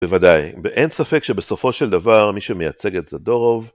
בוודאי. ואין ספק שבסופו של דבר מי שמייצג את זדורוב.